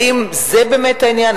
האם זה באמת העניין?